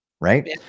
right